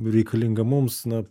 reikalinga mums na